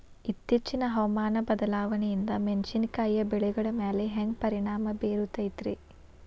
ಇತ್ತೇಚಿನ ಹವಾಮಾನ ಬದಲಾವಣೆಯಿಂದ ಮೆಣಸಿನಕಾಯಿಯ ಬೆಳೆಗಳ ಮ್ಯಾಲೆ ಹ್ಯಾಂಗ ಪರಿಣಾಮ ಬೇರುತ್ತೈತರೇ?